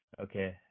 okay